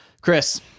Chris